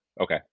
okay